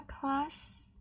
class